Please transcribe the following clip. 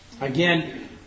Again